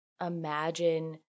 imagine